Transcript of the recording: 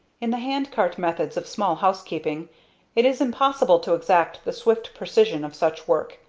in the hand-cart methods of small housekeeping it is impossible to exact the swift precision of such work,